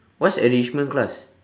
what's enrichment class